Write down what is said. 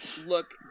Look